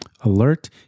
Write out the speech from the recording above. alert